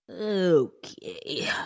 Okay